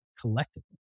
collectively